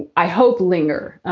i hope linger.